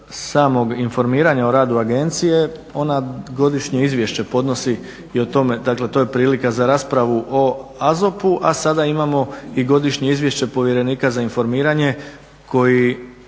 samog informiranja o radu agencije ona godišnje izvješće podnosi i o tome dakle to je prilika za raspravu o AZOP-u, a sada imamo i Godišnje izvješće povjerenika za informiranje koji